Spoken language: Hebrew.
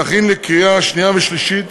תכין לקריאה השנייה והשלישית